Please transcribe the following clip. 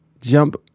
jump